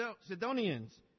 Sidonians